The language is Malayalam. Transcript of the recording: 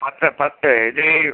പത്ത് പത്ത് ഇത്